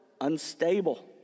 unstable